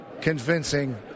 convincing